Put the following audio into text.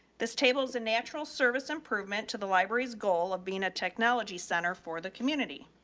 this tables and natural service improvement to the library's goal of being a technology center for the community.